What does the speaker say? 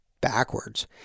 backwards